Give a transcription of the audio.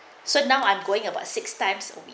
so now I'm going about six times a week